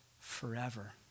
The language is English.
forever